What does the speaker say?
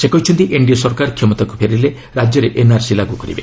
ସେ କହିଛନ୍ତି ଏନ୍ଡିଏ ସରକାର କ୍ଷମତାକୁ ଫେରିଲେ ରାଜ୍ୟରେ ଏନ୍ଆର୍ସି ଲାଗୁ କରିବ